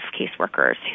caseworkers